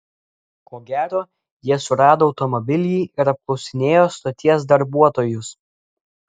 ko gero jie surado automobilį ir apklausinėjo stoties darbuotojus